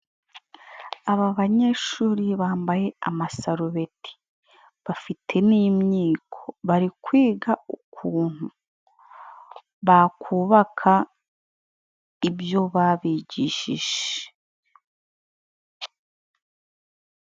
Aba banyeshuri bambaye amasarubeti, bafite n'imyiko bari kwiga ukuntu bakubaka ibyo babigishije.